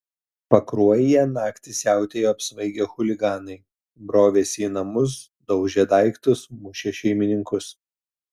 pakruojyje naktį siautėjo apsvaigę chuliganai brovėsi į namus daužė daiktus mušė šeimininkus